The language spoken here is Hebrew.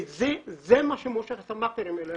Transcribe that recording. כי זה מה שמושך את המאכערים אלינו.